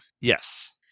Yes